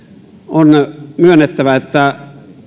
on myönnettävä että